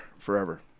Forever